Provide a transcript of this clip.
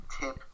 tip